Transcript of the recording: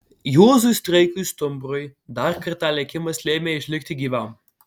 juozui streikui stumbrui dar kartą likimas lėmė išlikti gyvam